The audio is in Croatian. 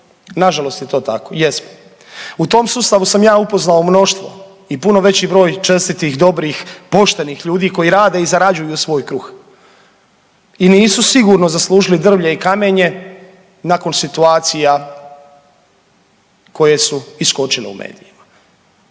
nažalost je to tako, jesmo. U tom sustavu sam ja upoznao mnoštvo i puno veći broj čestitih, dobrih i poštenih ljudi koji rade i zarađuju svoj kruh i nisu sigurno zaslužili drvlje i kamenje nakon situacija koje su iskočile u medijima.